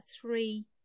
three